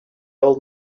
old